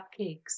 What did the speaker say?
cupcakes